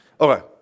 Okay